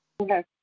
Okay